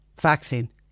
vaccine